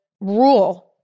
rule